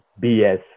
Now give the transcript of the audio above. BS